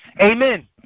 Amen